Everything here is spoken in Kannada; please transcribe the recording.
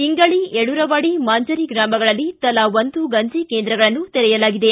ಇಂಗಳ ಯಡೂರವಾಡಿ ಮಾಂಜರಿ ಗ್ರಾಮಗಳಲ್ಲಿ ತಲಾ ಒಂದು ಗಂಜಿ ಕೇಂದ್ರಗಳನ್ನು ತೆರೆಯಲಾಗಿದೆ